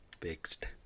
fixed